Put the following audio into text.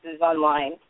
online